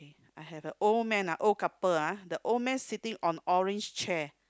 I have a old man ah old couple ah the old man sitting on orange chair